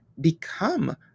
become